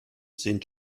sind